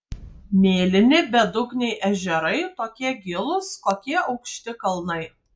mėlyni bedugniai ežerai tokie gilūs kokie aukšti kalnai